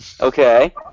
Okay